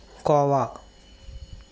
khoa